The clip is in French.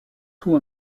tout